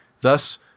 thus